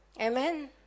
Amen